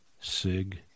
SIG